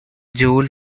joel